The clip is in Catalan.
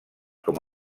com